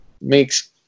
makes